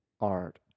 art